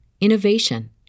innovation